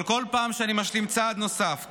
אבל כל פעם שאני משלים צעד נוסף,